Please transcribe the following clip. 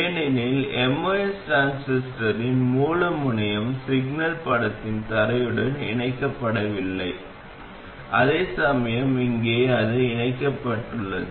ஏனெனில் MOS டிரான்சிஸ்டரின் மூல முனையம் சிக்னல் படத்தில் தரையுடன் இணைக்கப்படவில்லை அதேசமயம் இங்கே அது இணைக்கப்பட்டுள்ளது